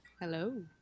Hello